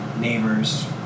neighbors